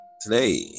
Today